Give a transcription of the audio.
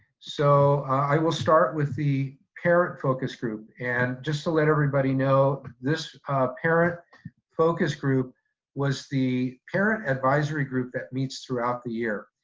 so, i will start with the parent focus group and just to let everybody know, this parent focus group was the parent advisory group that meets throughout the year.